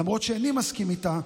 למרות שאיני מסכים איתה,